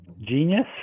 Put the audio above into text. Genius